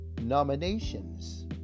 nominations